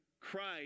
Christ